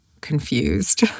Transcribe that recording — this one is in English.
confused